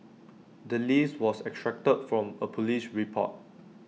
the list was extracted from A Police report